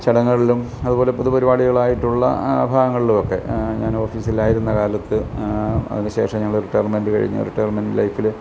ചടങ്ങുകളിലും അതുപോലെ പൊതുപരിപാടികളായിട്ടുള്ള ആ ഭാഗങ്ങളിലുവൊക്കെ ഞാനോഫീസിലയിരുന്ന കാലത്ത് അതിന് ശേഷം ഞങ്ങള് റിട്ടേർമെൻറ്റ് കഴിഞ്ഞ് റിട്ടേർമെൻറ്റ് ലൈഫില്